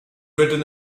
written